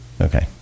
Okay